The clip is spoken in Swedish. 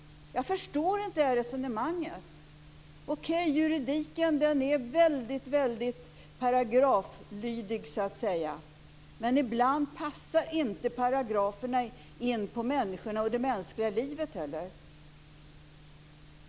Jag förstår inte det här resonemanget. Juridiken är väldigt paragraflydig, men ibland passar inte paragraferna in på människorna och det mänskliga livet.